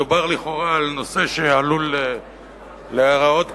מדובר לכאורה על נושא שעלול להיראות כבד.